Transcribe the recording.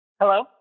Hello